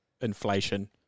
inflation